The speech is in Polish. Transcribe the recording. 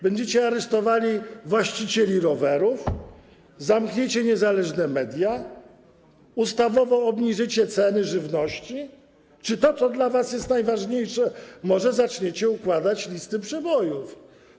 Będziecie aresztowali właścicieli rowerów, zamkniecie niezależne media, ustawowo obniżycie ceny żywności czy to, co dla was jest najważniejsze, może zaczniecie układać listy przebojów?